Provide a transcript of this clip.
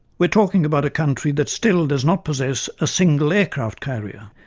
we are talking about a country that still does not possess a single aircraft carrier,